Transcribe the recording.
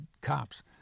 cops